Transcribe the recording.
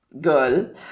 girl